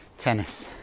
tennis